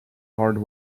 hard